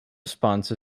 response